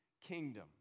kingdom